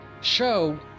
show